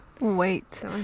Wait